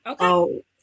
okay